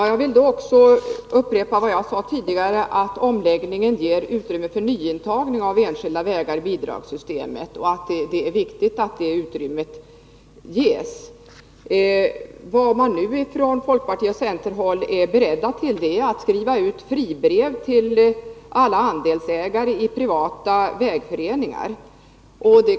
Herr talman! Jag vill upprepa vad jag sade tidigare, nämligen att omläggningen ger utrymme för intagning av nya enskilda vägar i bidragssystemet. Och det är viktigt att det utrymmet ges. Från folkpartioch centerhåll är man nu beredd att skriva ut fribrev till alla andelsägare i privata vägföreningar.